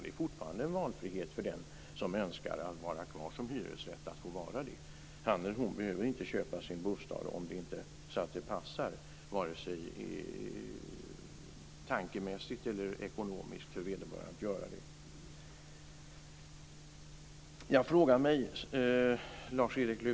Det finns fortfarande valfrihet. Den som vill vara kvar som hyresgäst kan få vara det. Han eller hon behöver inte köpa sin bostad, om det inte passar tankemässigt eller ekonomiskt.